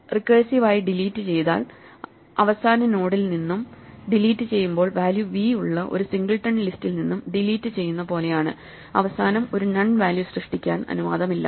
recursive ആയി delete ചെയ്താൽ അവസാന നോഡിൽ നിന്നും ഡിലീറ്റ് ചെയ്യുമ്പോൾ വാല്യൂ വി ഉള്ള ഒരു സിംഗിൾട്ടൻ ലിസ്റ്റിൽ നിന്നും ഡിലീറ്റ് ചെയ്യുന്ന പോലെയാണ് അവസാനം ഒരു നൺ വാല്യൂ സൃഷ്ടിക്കാൻ അനുവാദമില്ല